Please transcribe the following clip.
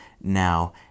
now